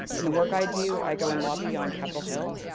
in the work i do, i go and lobby on capital hill,